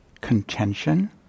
contention